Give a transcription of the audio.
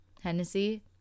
Hennessy